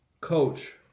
coach